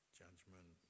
judgment